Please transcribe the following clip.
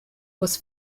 was